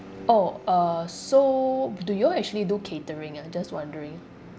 orh uh so do you all actually do catering ah just wondering